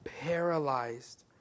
paralyzed